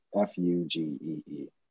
F-U-G-E-E